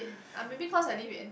ah maybe cause I live in